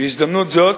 בהזדמנות זו